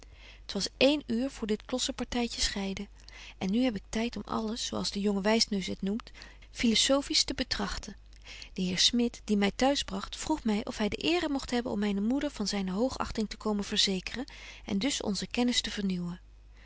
t was één uur voor dit klossenpartytje scheidde en nu heb ik tyd om alles zo als de jonge wysneus het noemt philosophies te betrachten de heer smit die my t'huisbragt vroeg my of hy de eere mogt hebben om myne moeder van zyne hoogachting te komen verzekeren en dus onze kennis te hernieuwen